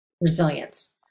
resilience